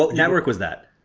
ah network was that?